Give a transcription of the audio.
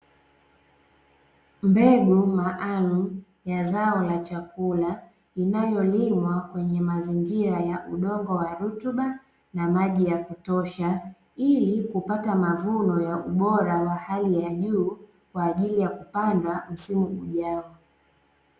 Mbegu maalumu ya zao la chakula, inayolimwa kwenye mazingira ya udongo wa rutuba na maji ya kutosha ,ili kupata mavuno ya ubora wa hali ya juu kwaajili ya kupandwa msimu ujao.